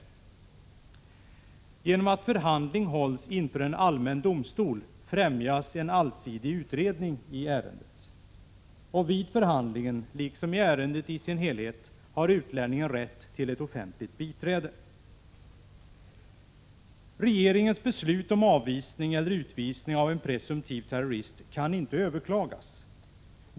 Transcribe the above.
10 december 1986 Genom att förhandling hålls inför en allmän domstol främjas en allidg ZZZ — HH utredning i ärendet. Vid förhandlingen — liksom beträffande ärendet i dess helhet — har utlänningen rätt till ett offentligt biträde. Regeringens beslut om avvisning eller utvisning av en presumtiv terrorist kan inte överklagas.